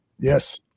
Yes